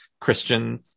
Christian